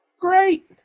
great